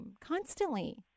constantly